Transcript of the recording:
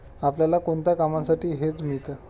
आपल्याला कोणत्या कामांसाठी हेज मिळतं?